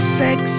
sex